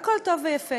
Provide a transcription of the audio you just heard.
הכול טוב ויפה,